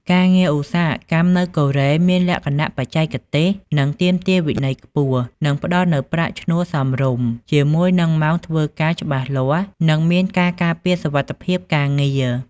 ការងារឧស្សាហកម្មនៅកូរ៉េមានលក្ខណៈបច្ចេកទេស និងទាមទារវិន័យខ្ពស់ និងផ្ដល់នូវប្រាក់ឈ្នួលសមរម្យ ជាមួយនឹងម៉ោងធ្វើការច្បាស់លាស់ និងមានការការពារសុវត្ថិភាពការងារ ។